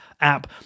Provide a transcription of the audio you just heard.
app